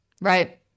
Right